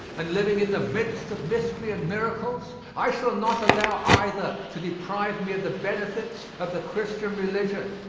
and living in the midst of mystery and miracles, i shall not allow either to deprive me of the benefits of the christian religion.